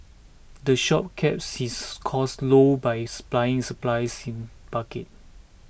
the shop keeps his costs low by his buying its supplies in bucket